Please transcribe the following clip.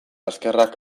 eskerrak